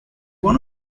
one